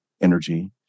energy